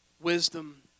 wisdom